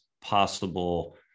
possible